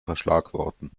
verschlagworten